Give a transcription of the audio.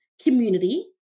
community